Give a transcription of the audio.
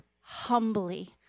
humbly